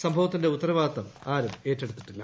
സംഭവത്തിന്റെ ഉത്തരവാദിത്തം ആരും ഏറ്റെടുത്തിട്ടില്ല